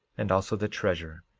and also the treasure,